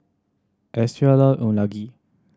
Austen love Unagi